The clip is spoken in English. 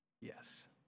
Yes